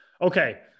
Okay